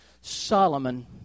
Solomon